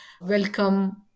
welcome